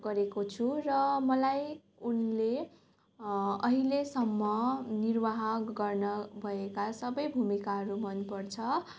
गरेको छु र मलाई उनले अहिलेसम्म निर्वाह गर्नुभएका सबै भूमिकाहरू मनपर्छ